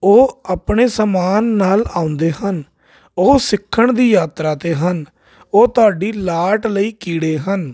ਉਹ ਆਪਣੇ ਸਮਾਨ ਨਾਲ ਆਉਂਦੇ ਹਨ ਉਹ ਸਿੱਖਣ ਦੀ ਯਾਤਰਾ 'ਤੇ ਹਨ ਉਹ ਤੁਹਾਡੀ ਲਾਟ ਲਈ ਕੀੜੇ ਹਨ